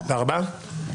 תודה רבה.